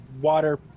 water